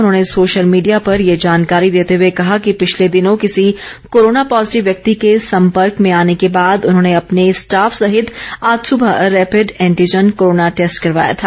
उन्होंने social media पर ये जानकारी देते हुए कहा है कि पिछले दिनों किसी कोरोना पॉजीटिव व्यक्ति के सम्पर्क में आने के बाद उन्होंने अपने स्टाफ सहित आज सुबह रैपिड एंटीजन कोरोना टैस्ट करवाया था